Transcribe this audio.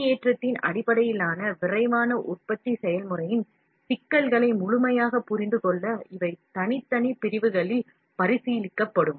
வெளியேற்றத்தின் அடிப்படையிலான விரைவான உற்பத்தி செயல்முறையின் சிக்கல்களை முழுமையாகப் புரிந்துகொள்ள இவை தனித்தனி பிரிவுகளில் பரிசீலிக்கப்படும்